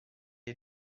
est